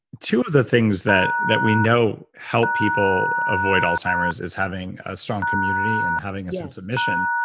two of the things that that we know help people avoid alzheimer's is having a strong community and having a sense of mission.